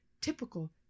typical